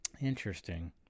Interesting